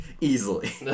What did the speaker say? easily